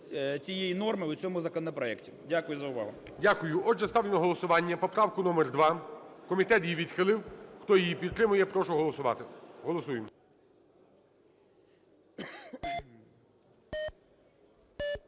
цієї норми у цьому законопроекті. Дякую за увагу. ГОЛОВУЮЧИЙ. Дякую. Отже, ставлю на голосування поправку номер 2. Комітет її відхилив. Хто її підтримує, я прошу голосувати. Голосуємо.